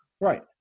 Right